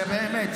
באמת,